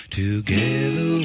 together